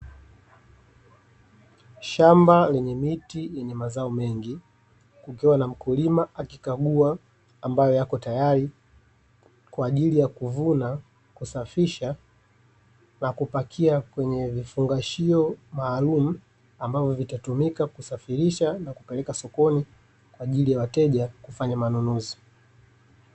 Shamba lenye miti yenye mazao mengi, kukiwa na mkulima akikagua ambayo yako tayari kwa ajili ya kuvuna, kusafisha na kupakia kwenye vifungashio maalumu; ambavyo vitatumika kusafirisha na kupeleka sokoni kwa ajili ya wateja kufanya manunuzi.